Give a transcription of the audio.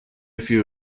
few